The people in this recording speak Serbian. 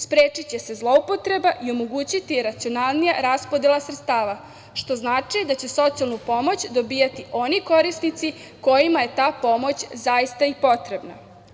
Sprečiće se zloupotreba i omogućiti racionalnija raspodela sredstava, što znači da će socijalnu pomoć dobijati oni korisnici kojima je ta pomoć zaista i potrebna.